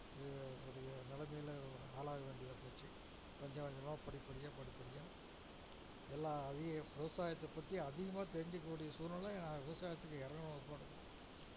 கூடிய நிலைமையில் ஆளாக வேண்டியதாக போச்சு கொஞ்சம் கொஞ்சமாக படிப்படியாக படிப்படியாக எல்லா அதிக விவசாயத்தை பற்றி அதிகமாக தெரிஞ்சிக்ககூடிய சூழ்நிலை நான் விவசாயத்துக்கு இறங்குன பிற்பாடு தான்